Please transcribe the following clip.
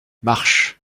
marche